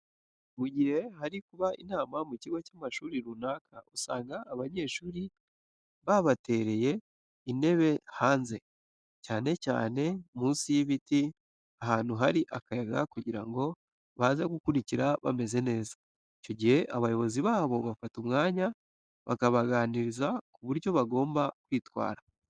Mu gihe hari kuba inama mu kigo cy'amashuri runaka, usanga abanyeshuri babatereye intebe hanze, cyane cyane munsi y'ibiti ahantu hari akayaga kugira ngo baze gukurikira bameze neza. Icyo gihe abayobozi babo bafata umwanya bakabaganiriza ku buryo bagomba kwitwara.